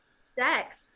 sex